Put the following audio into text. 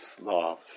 love